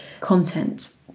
content